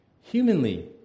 Humanly